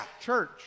Church